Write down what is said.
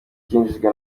cinjijwe